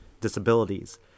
disabilities